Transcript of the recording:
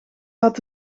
had